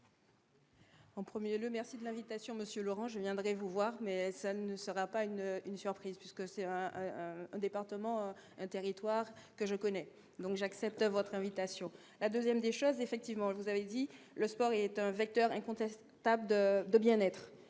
En 1er le merci de l'invitation Monsieur Laurent je viendrai vous voir mais ça ne sera pas une une surprise puisque c'est un département territoire que je connais, donc j'accepte votre invitation, la 2ème des choses effectivement, vous avez dit : le sport est un vecteur incontestable d'de bien être